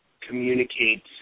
communicates